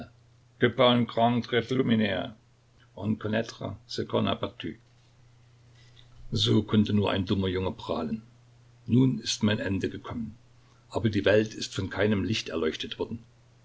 so konnte nur ein dummer junge prahlen nun ist mein ende gekommen aber die welt ist von keinem licht erleuchtet worden